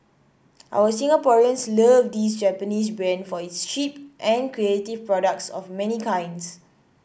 our Singaporeans love this Japanese brand for its cheap and creative products of many kinds